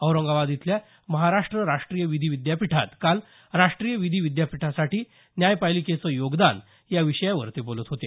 औरंगाबाद इथल्या महाराष्ट्र राष्ट्रीय विधी विद्यापीठात काल राष्ट्रीय विधी विद्यापीठासाठी न्यायपालिकेचे योगदान या विषयावर ते बोलत होते